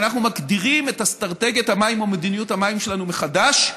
כשאנחנו מגדירים את אסטרטגיית המים או מדיניות המים שלנו מחדש,